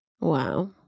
Wow